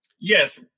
Yes